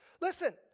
Listen